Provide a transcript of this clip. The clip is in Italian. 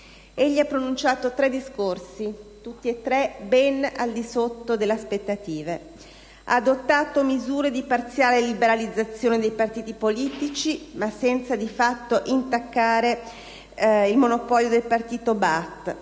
Egli ha pronunciato tre discorsi, tutti e tre ben al di sotto delle aspettative. Ha adottato misure di parziale liberalizzazione dei partiti politici, ma senza intaccare sostanzialmente il monopolio del Partito